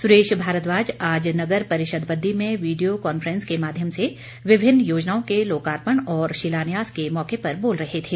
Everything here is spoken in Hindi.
सुरेश भारद्वाज आज नगर परिषद बद्दी में वीडियो कॉन्फ्रेंस के माध्यम से विभिन्न योजनाओं के लोकार्पण और शिलान्यास के मौके पर बोल रहे थे